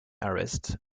arrest